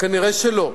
נראה שלא.